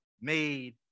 made